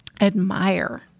Admire